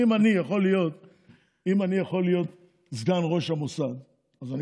אם אני יכול להיות סגן ראש המוסד אז אני